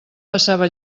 passava